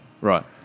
Right